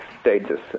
status